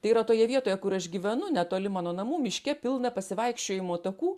tai yra toje vietoje kur aš gyvenu netoli mano namų miške pilna pasivaikščiojimo takų